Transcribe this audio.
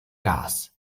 gas